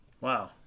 Wow